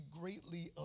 greatly